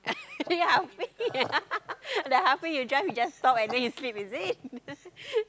ya halfway then halfway you just you just stop and then you sleep is it